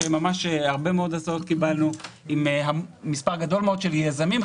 קיבלנו הרבה מאוד הצעות עם מספר גדול מאוד של יזמים,